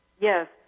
Yes